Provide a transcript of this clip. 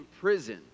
prison